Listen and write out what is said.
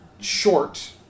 short